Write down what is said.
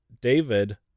David